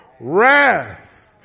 wrath